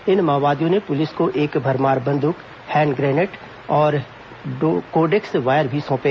इन माओवादियों र्न पुलिस को एक भरमार बंद्क हैंड ग्रेनेट और कोडेक्स वायर भी सौंपे